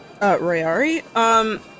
Rayari